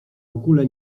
ogóle